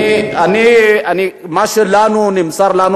נמסר לנו